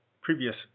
previous